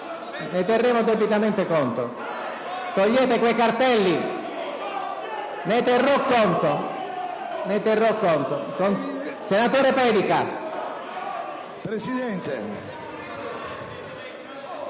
Ne terremo debitamente conto. Togliete quei cartelli. Ne terrò conto. Senatore Pedica! *(Gli